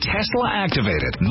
Tesla-activated